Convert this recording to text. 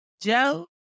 Joe